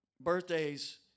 birthdays